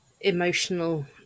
emotional